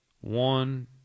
one